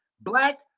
black